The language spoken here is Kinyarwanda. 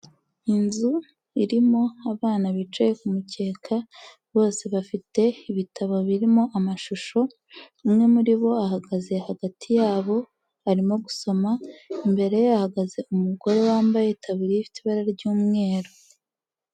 Inzu irimo abana bicaye ku mukeka, bose bafite ibitabo birimo amashusho, umwe muri bo ahagaze hagati yabo arimo gusoma, imbere hahagaze umugore wambaye itaburiya ifite ibara ry'umweru.